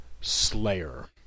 Slayer